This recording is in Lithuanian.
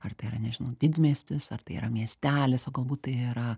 ar tai yra nežinau didmiestis ar tai yra miestelis o galbūt tai yra